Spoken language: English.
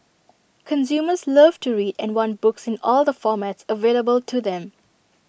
consumers love to read and want books in all the formats available to them